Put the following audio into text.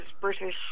British